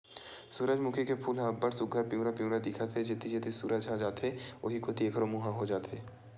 सूरजमूखी के फूल ह अब्ब्ड़ सुग्घर पिंवरा पिंवरा दिखत हे, जेती जेती सूरज ह जाथे उहीं कोती एखरो मूँह ह हो जाथे